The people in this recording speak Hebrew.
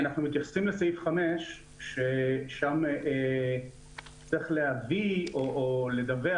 אנחנו מתייחסים לסעיף 5 ששם צריך להביא או לדווח